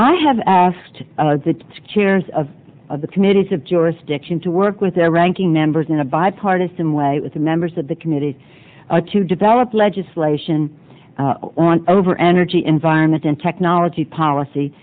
i have asked the scares of of the committees of jurisdiction to work with their ranking members in a bipartisan way with the members of the committee to develop legislation on over energy environment and technology policy